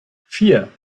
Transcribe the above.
vier